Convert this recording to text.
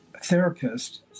therapist